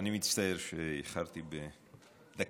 אני מצטער שאיחרתי בדקה.